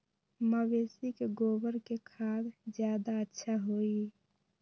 मवेसी के गोबर के खाद ज्यादा अच्छा होई?